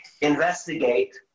investigate